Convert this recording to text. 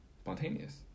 spontaneous